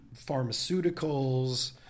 pharmaceuticals